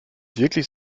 wirklich